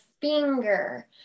finger